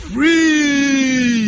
Free